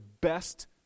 best